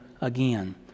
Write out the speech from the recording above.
again